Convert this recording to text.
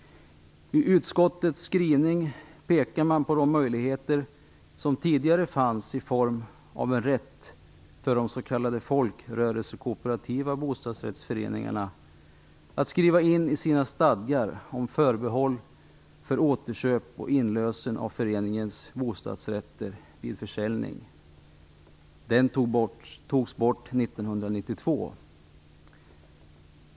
I utskottets skrivning pekar man på de möjligheter som tidigare fanns i form av en rätt för de s.k. folkrörelsekooperativa bostadsrättsföreningarna att skriva in i sina stadgar om förbehåll för återköp och inlösen av föreningens bostadsrätter vid försäljning. Den togs bort 1992.